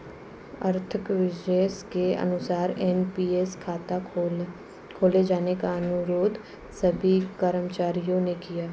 आर्थिक विशेषज्ञ के अनुसार एन.पी.एस खाता खोले जाने का अनुरोध सभी कर्मचारियों ने किया